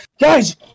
guys